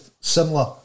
similar